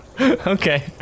Okay